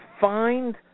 find